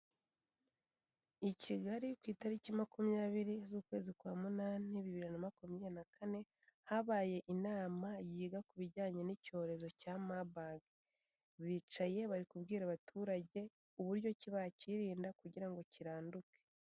I kigali ku itariki makumyabiri z'ukwezi kwa munani bibiri na makumyabiri na kane habaye inama yiga ku bijyanye n'icyorezo cya Marburg. Bicaye bari kubwira abaturage uburyoki bacyirinda kugira ngo kiranduke.